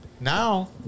now